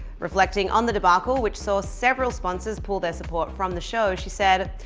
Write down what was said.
reflecting on the debacle which saw several sponsors pull their support from the show, she said,